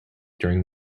during